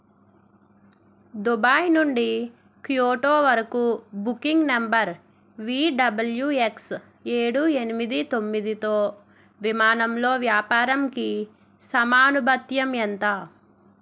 Dubai నుండి Kyoto వరకు booking number V W X ఏడు ఎనిమిది తొమ్మిదితో విమానంలో వ్యాపారంకి సమాను భత్యం ఎంత